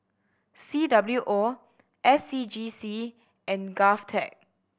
C W O S C G C and GovTech